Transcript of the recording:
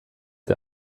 der